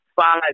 five